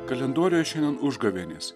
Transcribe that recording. kalendoriuje šiandien užgavėnės